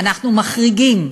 אנחנו מחריגים,